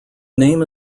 name